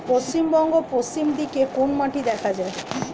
পশ্চিমবঙ্গ পশ্চিম দিকে কোন মাটি দেখা যায়?